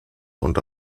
und